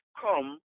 come